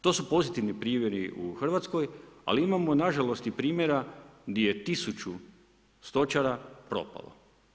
To su pozitivni primjeri u Hrvatskoj, ali imamo na žalost i primjera gdje je tisuću stočara propalo.